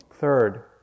Third